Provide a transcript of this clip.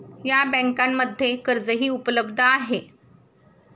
या बँकांमध्ये कर्जही उपलब्ध आहे